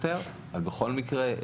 אנחנו סבורים שמדריכי צלילה הם